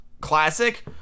Classic